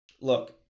Look